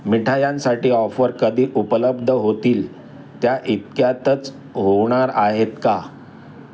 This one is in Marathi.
मिठायांसाठी ऑफर कधी उपलब्ध होतील त्या इतक्यातच होणार आहेत का